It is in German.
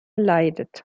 leidet